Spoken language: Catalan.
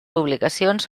publicacions